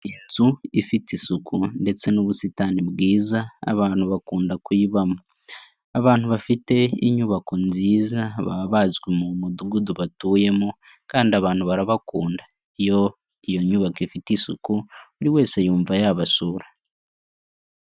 Inzu ifite isuku ndetse n'ubusitani bwiza abantu bakunda kuyibamo, abantu bafite inyubako nziza baba bazwi mu mudugudu batuyemo kandi abantu barabakunda, iyo iyo nyubako ifite isuku buri wese yumva yabasura.